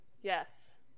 Yes